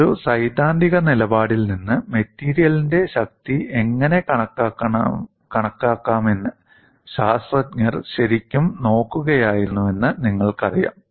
ഒരു സൈദ്ധാന്തിക നിലപാടിൽ നിന്ന് മെറ്റീരിയലിന്റെ ശക്തി എങ്ങനെ കണക്കാക്കാമെന്ന് ശാസ്ത്രജ്ഞർ ശരിക്കും നോക്കുകയായിരുന്നുവെന്ന് നിങ്ങൾക്കറിയാം